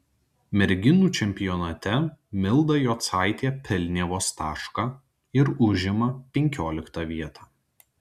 merginų čempionate milda jocaitė pelnė vos tašką ir užima penkioliktą vietą